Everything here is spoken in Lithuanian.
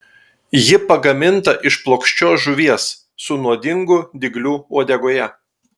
ji pagaminta iš plokščios žuvies su nuodingu dygliu uodegoje